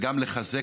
וגם לחזק,